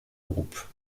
groupe